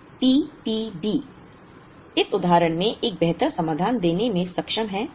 तो P P B इस उदाहरण में एक बेहतर समाधान देने में सक्षम है